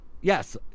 Yes